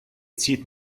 zieht